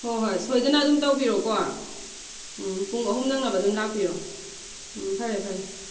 ꯍꯣꯏ ꯍꯣꯏ ꯁꯣꯏꯗꯅ ꯑꯗꯨꯝ ꯇꯧꯕꯤꯔꯣꯀꯣ ꯎꯝ ꯄꯨꯡ ꯑꯍꯨꯝ ꯅꯪꯅꯕ ꯑꯗꯨꯝ ꯂꯥꯛꯄꯤꯔꯣ ꯎꯝ ꯐꯔꯦ ꯐꯔꯦ